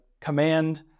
command